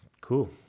Cool